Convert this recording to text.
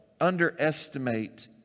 underestimate